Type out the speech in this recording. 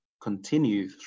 continue